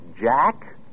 Jack